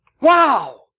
Wow